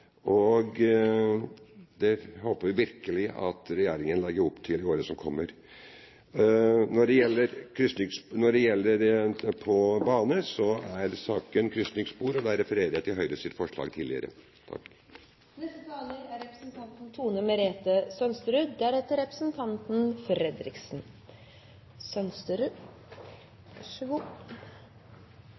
Det håper vi virkelig at regjeringen legger opp til i årene som kommer. Når det gjelder bane, trenger vi flere krysningsspor, og der refererer jeg til Høyres forslag tidligere.